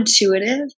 intuitive